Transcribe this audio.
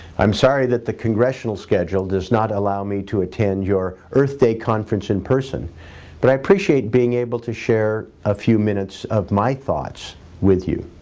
i'm sorry that the congressional schedule does not allow me to attend your earth day conference in person but i appreciate being able to share a few minutes of my thoughts with you.